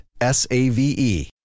S-A-V-E